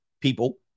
people